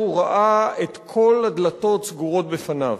הוא ראה את כל הדלתות סגורות בפניו.